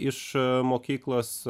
iš mokyklos